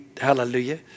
hallelujah